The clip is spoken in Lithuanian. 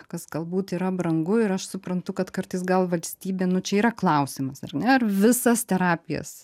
kas galbūt yra brangu ir aš suprantu kad kartais gal valstybė nu čia yra klausimas ar ne ar visas terapijas